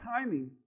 timing